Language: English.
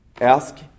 ask